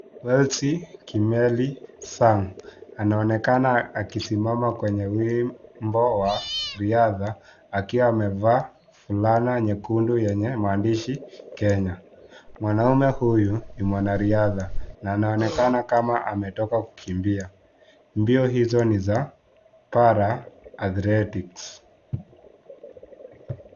Welsie, Kimeli, Sam, anaonekana akisimama kwenye wimbo wa riadha, akiwa amevaa fulana nyekundu yenye maandishi, Kenya, mwanaume huyu, ni mwanariadha, na anaonekana kama ametoka kukimbia, mbio hizo ni za(cs)tala, athletics (cs).